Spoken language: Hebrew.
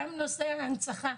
גם נושא ההנצחה,